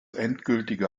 endgültige